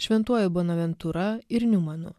šventuoju bonaventūra ir niumanu